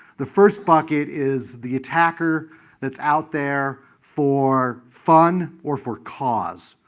the first bucket is the attacker that's out there for fun, or for cause.